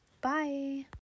Bye